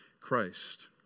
Christ